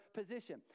position